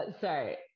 sorry